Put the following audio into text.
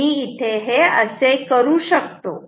मी असे करू शकतो